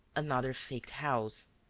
another faked house.